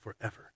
forever